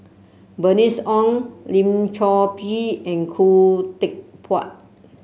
Bernice Ong Lim Chor Pee and Khoo Teck Puat